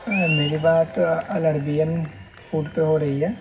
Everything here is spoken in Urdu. میری بات العربین فوڈ پہ ہو رہی ہے